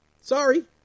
Sorry